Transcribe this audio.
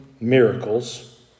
miracles